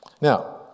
Now